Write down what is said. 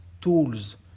tools